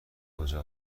کجا